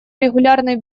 регулярный